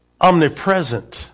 omnipresent